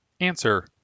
Answer